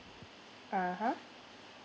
(uh huh)